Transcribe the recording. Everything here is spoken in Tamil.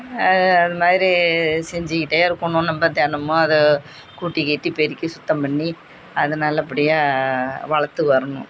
அது மாதிரி செஞ்சிகிட்டே இருக்கணும் நம்ம தெனமும் அதை கூட்டி கீட்டி பெருக்கி சுத்தம் பண்ணி அது நல்லபடியாக வளர்த்து வரணும்